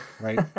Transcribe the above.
right